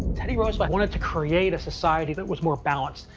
teddy roosevelt wanted to create a society that was more balanced.